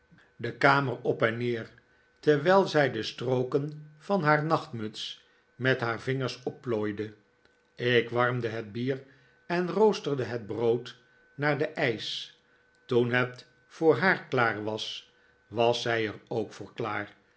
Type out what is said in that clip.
de david copperfield kamer op en neer terwijl zij de strooken van haar nachtmuts met haar vingers opplooide ik warmde het bier en roosterde het brood naar den eisch toen het voor haar klaar was was zij er ook voor klaar